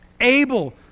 Abel